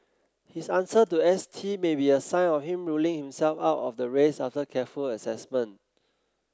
his answer to S T may be a sign of him ruling himself out of the race after careful assessment